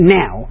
now